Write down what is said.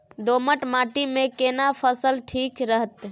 दोमट माटी मे केना फसल ठीक रहत?